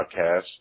podcast